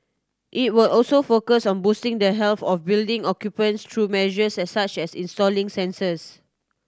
it will also focus on boosting the health of building occupants through measures as such as installing sensors